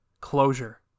Closure